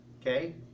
Okay